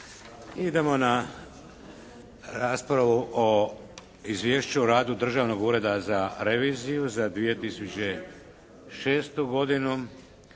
idemo na raspravu o: - Izvješću o radu Državnog ureda za reviziju za 2006. godinu,